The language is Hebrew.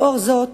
לאור זאת,